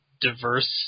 diverse